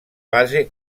base